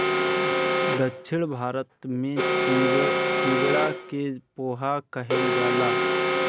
दक्षिण भारत में चिवड़ा के पोहा कहल जाला